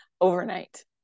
overnight